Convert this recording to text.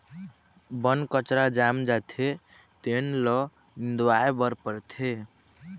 बन कचरा जाम जाथे तेन ल निंदवाए बर परथे